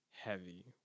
heavy